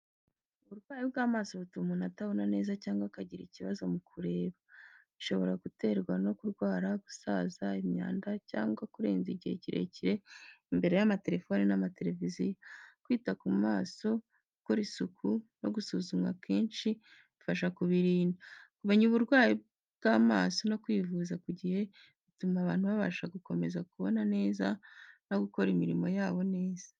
Uburwayi bw’amaso butuma umuntu atabona neza cyangwa akagira ikibazo mu kureba. Bishobora guterwa no kurwara, gusaza, imyanda, cyangwa kurenza igihe kirekire imbere y’amaterefone n’amatereviziyo. Kwita ku maso, gukora isuku no gusuzumwa kenshi bifasha kuburinda. Kumenya uburwayi bw’amaso no kwivuza ku gihe bituma abantu babasha gukomeza kubona neza no gukora imirimo yabo neza.